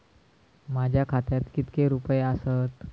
माझ्या खात्यात कितके रुपये आसत?